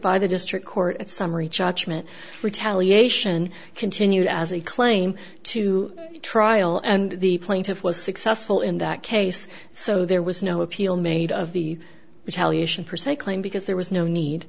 by the district court summary judgment retaliation continued as a claim to trial and the plaintiff was successful in that case so there was no appeal made of the italian for cycling because there was no need